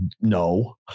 no